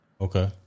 Okay